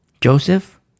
Joseph